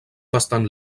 bastant